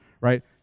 right